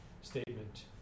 statement